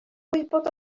gwybod